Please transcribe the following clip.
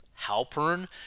Halpern